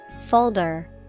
Folder